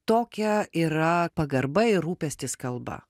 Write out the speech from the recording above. tokia yra pagarba ir rūpestis kalba